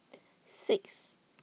six